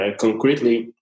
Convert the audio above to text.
concretely